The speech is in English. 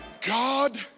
God